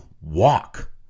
walk